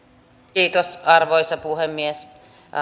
kiitos arvoisa puhemies